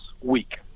week